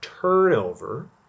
turnover